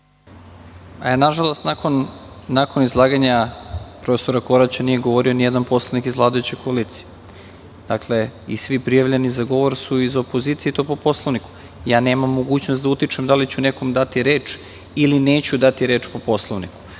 Nažalost, nakon izlaganja profesora Koraća nije govorio nijedan poslanik iz vladajuće koalicije. Svi prijavljeni za reč su iz opozicije, i to po Poslovniku. Ja nemam mogućnost da utičem da li ću nekom dati reč ili neću dati reč po Poslovniku.